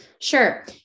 Sure